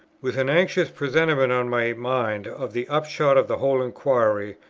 with an anxious presentiment on my mind of the upshot of the whole inquiry,